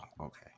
okay